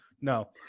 No